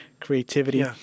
creativity